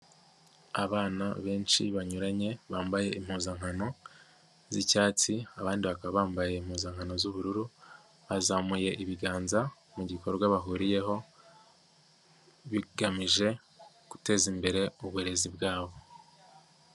Abana benshi banyuranye bambaye impuzankano z'icyatsi abandi bakaba bambaye impuzankano z'ubururu bazamuye ibiganza mu gikorwa bahuriyeho bigamije guteza imbere uburezi bwabo.